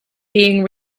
being